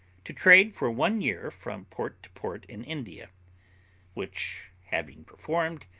to trade for one year from port to port in india which having performed,